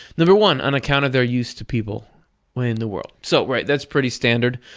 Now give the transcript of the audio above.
number one on account of their use to people when in the world. so, right, that's pretty standard.